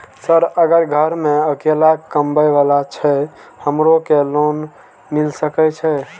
Sir अगर घर में अकेला कमबे वाला छे हमरो के लोन मिल सके छे?